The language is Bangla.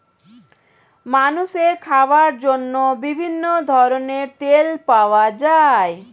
মানুষের খাওয়ার জন্য বিভিন্ন ধরনের তেল পাওয়া যায়